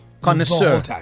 Connoisseur